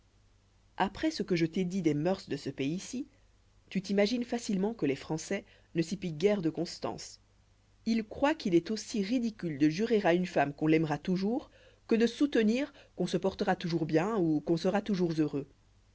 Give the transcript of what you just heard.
après ce que je t'ai dit des mœurs de ce pays-ci tu t'imagines facilement que les françois ne s'y piquent guère de constance ils croient qu'il est aussi ridicule de jurer à une femme qu'on l'aimera toujours que de soutenir qu'on se portera toujours bien ou qu'on sera toujours heureux